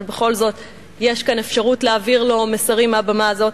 אבל בכל זאת יש אפשרות להעביר לו מסרים מהבמה הזאת,